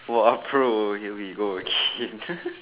!wah! bro here we go again